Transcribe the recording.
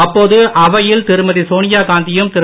அப்போது அவையில் திருமதி சோனியா காந்தியும் திரு